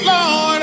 Lord